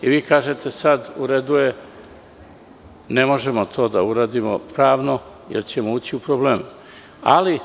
Vi kažete sad – u redu je, ne možemo to da uradimo pravno, jer ćemo ući u probleme.